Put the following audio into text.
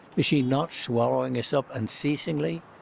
is she not swallowing us up unceasingly?